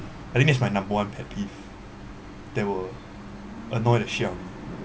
I think that's my number one pet peeve that will annoy the shit off me